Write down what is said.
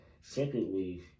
Secondly